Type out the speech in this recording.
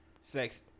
sex